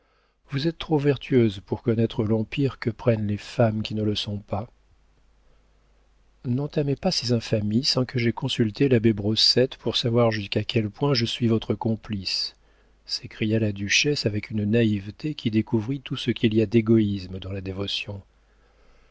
vous êtes trop vertueuse pour connaître l'empire que prennent les femmes qui ne le sont pas n'entamez pas ces infamies sans que j'aie consulté l'abbé brossette pour savoir jusqu'à quel point je suis votre complice s'écria la duchesse avec une naïveté qui découvrit tout ce qu'il y a d'égoïsme dans la dévotion